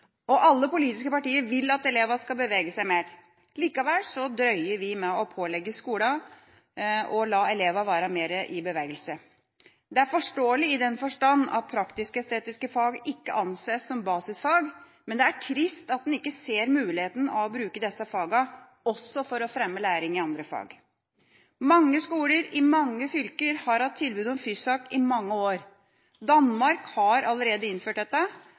2013. Alle politiske partier vil at elevene skal bevege seg mer. Likevel drøyer vi med å pålegge skolene å la elevene være mer i bevegelse. Det er forståelig i den forstand at praktisk-estetiske fag ikke anses som basisfag, men det er trist at en ikke ser muligheten for å bruke disse fagene også for å fremme læring i andre fag. Mange skoler i mange fylker har hatt tilbud om FYSAK i mange år – Danmark har allerede innført dette